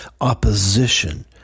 opposition